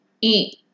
eat